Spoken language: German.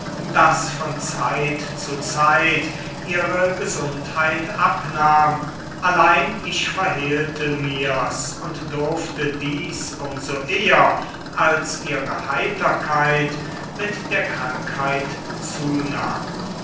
daß von zeit zu zeit ihre gesundheit abnahm allein ich verhehlte mir's und durfte dies um so eher als ihre heiterkeit mit der krankheit zunahm